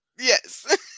Yes